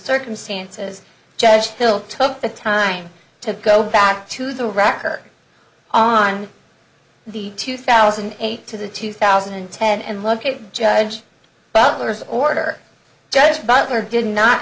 circumstances judge hill took the time to go back to the record on the two thousand and eight to the two thousand and ten and look at judge butler's order judge butler did not